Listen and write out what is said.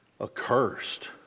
accursed